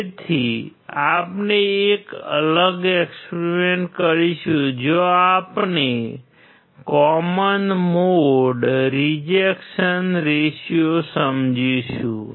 તેથી આપણે એક અલગ એક્સપેરિમેન્ટ કરીશું જ્યાં આપણે કોમન મોડ રિજેક્શન રેશિયો સમજીશું